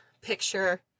picture